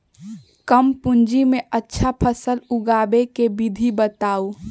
कम पूंजी में अच्छा फसल उगाबे के विधि बताउ?